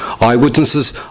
Eyewitnesses